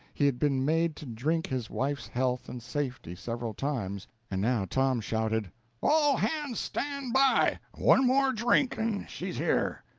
he had been made to drink his wife's health and safety several times, and now tom shouted all hands stand by! one more drink, and she's here!